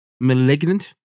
malignant